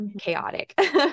chaotic